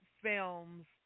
films